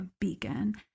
beacon